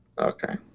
Okay